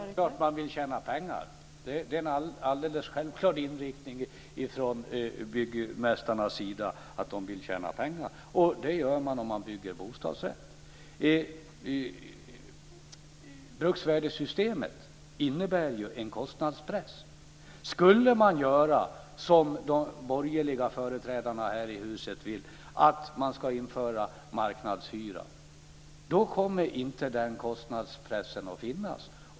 Fru talman! Det är klart att de vill tjäna pengar. Det är en alldeles självklar inriktning från byggmästarnas sida. Det gör de om de bygger bostadsrätt. Bruksvärdessystemet innebär en kostnadspress. Skulle man göra som de borgerliga företrädarna i huset vill, dvs. införa marknadshyra, kommer den kostnadspressen inte att finnas.